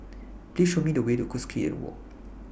Please Show Me The Way to Cuscaden Walk